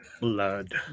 Blood